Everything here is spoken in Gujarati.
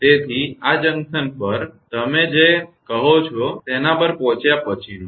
તેથી આ જંકશન પર તમે જે કહો છો તેના પર પહોંચ્યા પછીનું છે